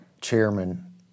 chairman